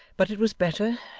but it was better,